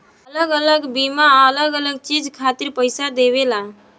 अलग अलग बीमा अलग अलग चीज खातिर पईसा देवेला